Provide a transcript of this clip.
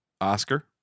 oscar